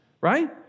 right